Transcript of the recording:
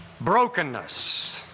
Brokenness